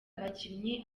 abakinnyi